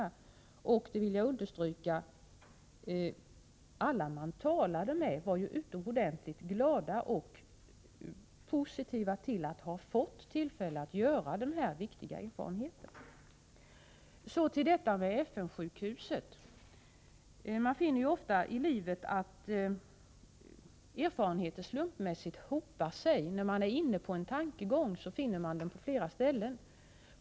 Alla man talade med — det vill jag understrycka — var utomordentligt glada och positiva till att ha fått tillfälle att göra den här viktiga erfarenheten. Så till detta med FN-sjukhuset! Man finner ju ofta i livet att erfarenheter slumpmässigt hopar sig. När man är inne på en tankegång finner man den på flera ställen.